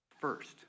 first